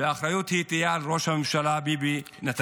והאחריות תהיה על ראש הממשלה ביבי נתניהו.